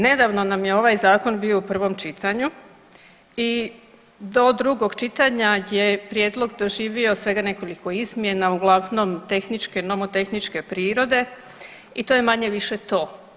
Nedavno nam je ovaj zakon bio u prvom čitanju i do drugog čitanja je prijedlog doživio svega nekoliko izmjena uglavnom tehničke i nomotehničke prirode i to je manje-više to.